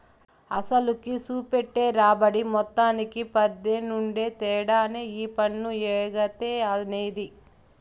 అసలుకి, సూపెట్టే రాబడి మొత్తానికి మద్దెనుండే తేడానే ఈ పన్ను ఎగేత అనేది